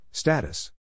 Status